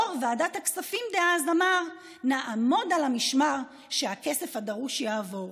יו"ר ועדת הכספים דאז אמר: נעמוד על המשמר שהכסף הדרוש יעבור.